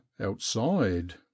outside